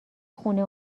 خونه